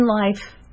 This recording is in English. life